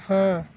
ହଁ